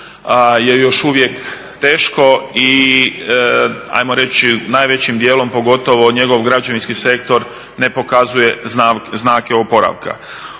je još uvijek teško i ajmo reći i najvećim dijelom pogotovo njegov građevinski sektor ne pokazuje znake oporavka.